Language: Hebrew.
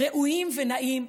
ראויים ונאים.